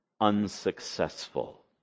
unsuccessful